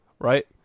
right